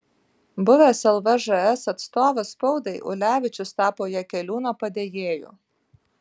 buvęs lvžs atstovas spaudai ulevičius tapo jakeliūno padėjėju